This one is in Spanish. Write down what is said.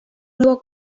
nuevo